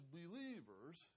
believers